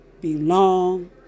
belong